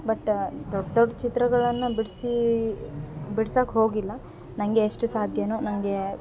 but ದೊಡ್ಡ ದೊಡ್ಡ ಚಿತ್ರಗಳನ್ನು ಬಿಡಿಸಿ ಬಿಡ್ಸೋಕ್ ಹೋಗಿಲ್ಲ ನಂಗೆ ಎಷ್ಟು ಸಾಧ್ಯನೋ ನಂಗೇ